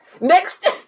Next